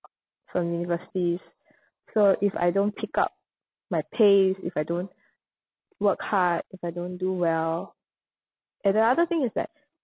from universities so if I don't pick up my pace if I don't work hard if I don't do well and the other thing is that